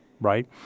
right